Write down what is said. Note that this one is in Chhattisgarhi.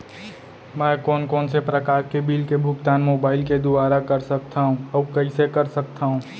मैं कोन कोन से प्रकार के बिल के भुगतान मोबाईल के दुवारा कर सकथव अऊ कइसे कर सकथव?